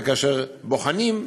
וכאשר בוחנים,